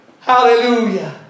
Hallelujah